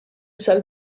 sal